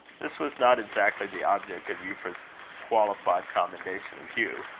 this was not exactly the object of euphra's qualified commendation of hugh.